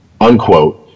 unquote